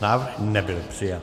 Návrh nebyl přijat.